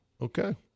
okay